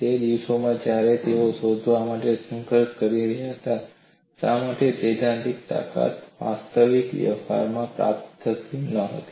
તે દિવસોમાં જ્યારે તેઓ શોધવા માટે સંઘર્ષ કરી રહ્યા હતા શા માટે સૈદ્ધાંતિક તાકાત વાસ્તવિક વ્યવહારમાં પ્રાપ્ત થઈ ન હતી